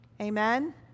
Amen